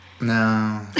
No